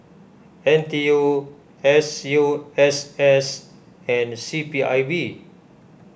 N T U S U S S and C P I B